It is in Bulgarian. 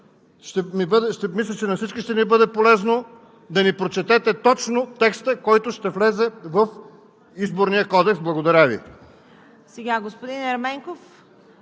мисля, че на всички ще ни бъде полезно да ни прочетете точно текста, който ще влезе в Изборния кодекс. Благодаря Ви.